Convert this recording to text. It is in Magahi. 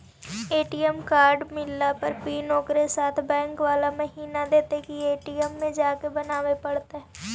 ए.टी.एम कार्ड मिलला पर पिन ओकरे साथे बैक बाला महिना देतै कि ए.टी.एम में जाके बना बे पड़तै?